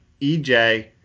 EJ